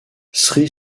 three